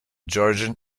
georgian